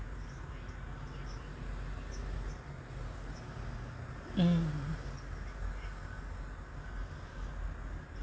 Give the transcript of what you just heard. hmm